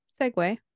segue